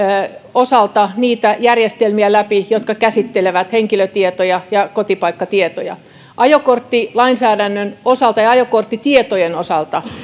osalta niitä järjestelmiä läpi jotka käsittelevät henkilötietoja ja kotipaikkatietoja ajokorttilainsäädännön osalta ja ajokorttitietojen osalta